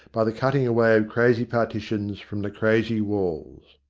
by the cutting away of crazy partitions from the crazy walls.